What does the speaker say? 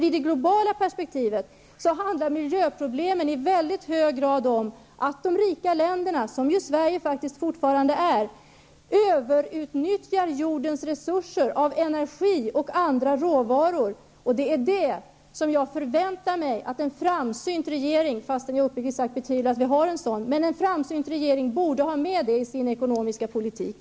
I det globala perspektivet handlar miljöproblemen i hög grad om att de rika länderna -- som Sverige faktiskt fortfarande tillhör -- överutnyttjar jordens resurser av energi och andra råvaror. Det är detta jag förväntar mig att en framsynt regering -- fastän jag uppriktigt sagt betvivlar att vi har en sådan -- borde ha med i sin ekonomiska politik.